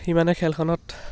সিমানে খেলখনত